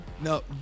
No